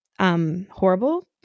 Horrible